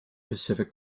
pacific